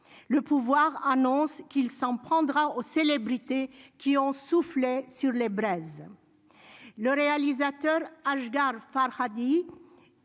le pouvoir annonce qu'il s'en prendra aux célébrités qui ont soufflé sur les braises, le réalisateur Asghar Farhadi